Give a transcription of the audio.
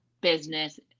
business